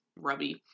Rubby